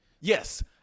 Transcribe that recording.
Yes